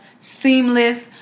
seamless